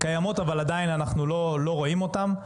הדרכים קיימות, אבל אנחנו עדיין לא רואים אותן.